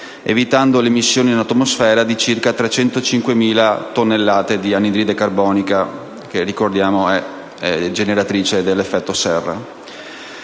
evitando l'emissione in atmosfera di circa 305.000 tonnellate di anidride carbonica, che - ricordiamo - è generatrice dell'effetto serra.